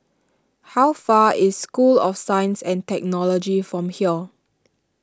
how far is School of Science and Technology from here